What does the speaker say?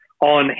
on